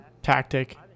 tactic